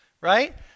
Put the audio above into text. right